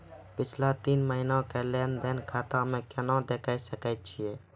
पिछला तीन महिना के लेंन देंन खाता मे केना देखे सकय छियै?